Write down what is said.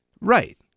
Right